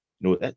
No